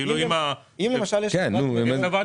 אם יש חברת